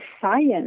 science